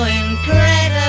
incredible